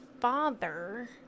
father